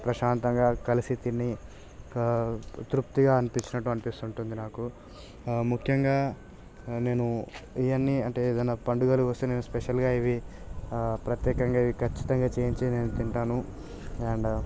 ప్రశాంతంగా కలిసి తిని కా తృప్తిగా అనిపించినట్టు అనిపిస్తుంటుంది నాకు ముఖ్యంగా నేను ఇవన్నీ అంటే ఏదైనా పండుగలు వస్తే నేను స్పెషల్గా ఇవి ప్రత్యేకంగా ఇవి ఖచ్చితంగా చేయించి నేను తింటాను అండ్